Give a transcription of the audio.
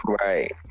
right